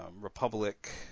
Republic